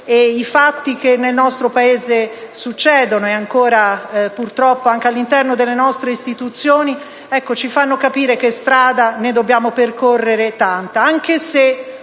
i fatti che nel nostro Paese accadono, purtroppo anche all'interno delle nostre istituzioni, ci fanno capire che ancora di strada ne dobbiamo percorrere tanta,